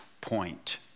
point